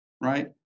Right